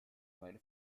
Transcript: meine